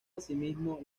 asimismo